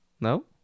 No